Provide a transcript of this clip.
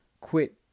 quit